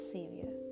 Savior